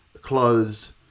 clothes